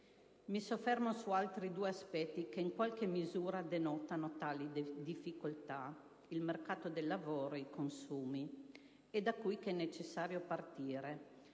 Mi soffermo su altri due aspetti, che in qualche misura denotano tali difficoltà: il mercato del lavoro ed i consumi. È da qui che è necessario partire.